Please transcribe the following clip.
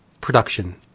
production